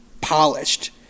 polished